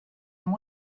amb